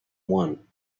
one